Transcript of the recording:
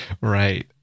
Right